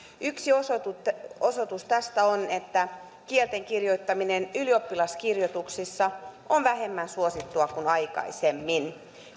yksi osoitus tästä on että kielten kirjoittaminen ylioppilaskirjoituksissa on vähemmän suosittua kuin aikaisemmin